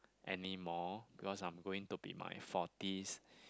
anymore because I'm going to be my forties